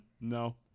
No